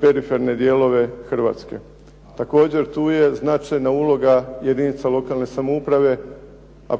periferne dijelove Hrvatske. Također, tu je značajna uloga jedinica lokalne samouprave a